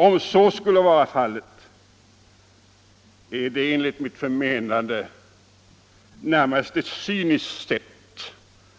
Om så skulle vara fallet, är det enligt mitt förmenande närmast ett cyniskt sätt